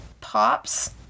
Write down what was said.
pops